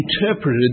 interpreted